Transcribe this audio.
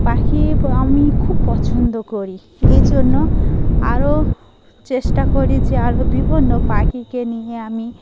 পাখি আমি খুব পছন্দ করি এই জন্য আরও চেষ্টা করি যে আরও বিভিন্ন পাখিকে নিয়ে আমি